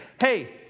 Hey